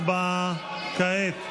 הצבעה כעת.